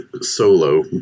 solo